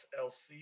SLC